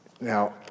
Now